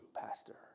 pastor